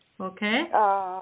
Okay